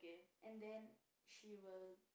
and then she will